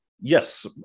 Yes